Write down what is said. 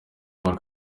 paul